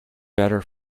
better